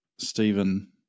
Stephen